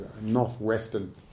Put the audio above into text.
northwestern